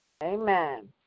Amen